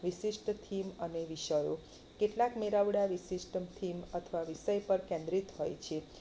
વિશિષ્ટ થીમ અને વિષયો કેટલાક મેળાવડા વિશિષ્ટ થીમ અથવા વિષય પર કેન્દ્રિત હોય છે